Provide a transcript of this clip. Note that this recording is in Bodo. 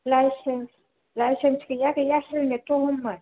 लाइसेन्स लाइसेन्स गैया गैया हेल्मेटथ' हममोन